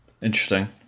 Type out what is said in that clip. Interesting